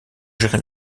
gérer